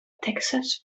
texas